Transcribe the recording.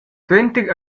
suenter